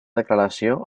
declaració